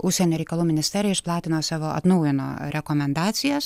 užsienio reikalų ministerija išplatino savo atnaujino rekomendacijas